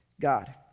God